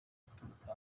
uturuka